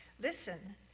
Listen